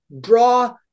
draw